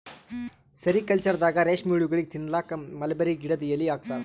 ಸೆರಿಕಲ್ಚರ್ದಾಗ ರೇಶ್ಮಿ ಹುಳಗೋಳಿಗ್ ತಿನ್ನಕ್ಕ್ ಮಲ್ಬೆರಿ ಗಿಡದ್ ಎಲಿ ಹಾಕ್ತಾರ